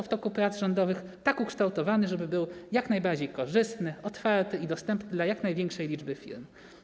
W toku prac rządowych został tak ukształtowany, żeby był jak najbardziej korzystny, otwarty i dostępny dla jak największej liczby firm.